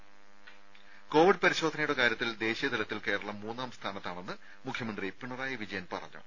ദരര കോവിഡ് പരിശോധനയുടെ കാര്യത്തിൽ ദേശീയതലത്തിൽ കേരളം മൂന്നാം സ്ഥാനത്താണെന്ന് മുഖ്യമന്ത്രി പിണറായി വിജയൻ പറഞ്ഞു